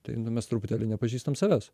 tai nu mes truputėlį nepažįstam savęs